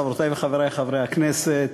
חברותי וחברי חברי הכנסת,